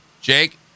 Jake